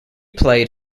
played